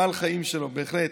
מפעל חיים שלו, בהחלט.